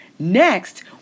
Next